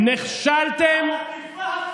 נכשלתם.